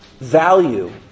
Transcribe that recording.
value